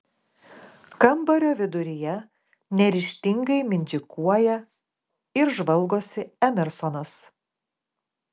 kambario viduryje neryžtingai mindžikuoja ir žvalgosi emersonas